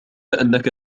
أنك